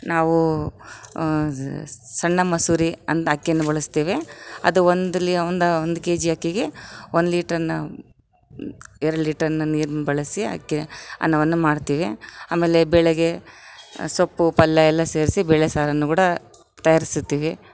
ನಾವು ಸಣ್ಣ ಮಸೂರಿ ಅನ್ನ ಅಕ್ಕಿ ಬಳಸ್ತೇವೆ ಅದು ಒಂದು ಲಿಯೊ ಒಂದು ಒಂದು ಕೆಜಿ ಅಕ್ಕಿಗೆ ಒಂದು ಲೀಟರ್ನ ಎರಡು ಲೀಟರ್ನ ನೀರ್ನ ಬಳಸಿ ಅಕ್ಕಿ ಅನ್ನವನ್ನು ಮಾಡ್ತಿವಿ ಅಮೇಲೆ ಬೆಳಗ್ಗೆ ಸೊಪ್ಪು ಪಲ್ಯ ಎಲ್ಲ ಸೇರಿಸಿ ಬೇಳೆಸಾರನ್ನು ಕೂಡ ತಯಾರಿಸುತ್ತೀವಿ